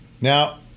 Now